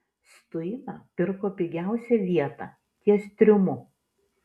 stuina pirko pigiausią vietą ties triumu